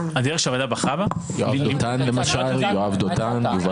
יואב דותן למשל, יובל אלבשן.